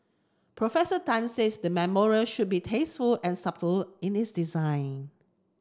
Professor Tan says the memorial should be tasteful and subtle in its design